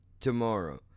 Tomorrow